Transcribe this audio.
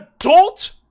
adult